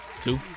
Two